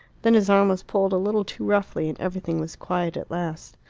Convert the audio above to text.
then his arm was pulled a little too roughly, and everything was quiet at last.